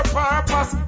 purpose